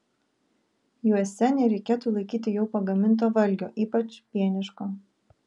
juose nereikėtų laikyti jau pagaminto valgio ypač pieniško